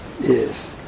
Yes